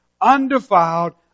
undefiled